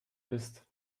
isst